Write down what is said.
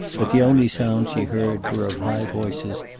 but the only sounds she heard were of high voices,